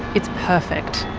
it's perfect.